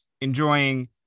enjoying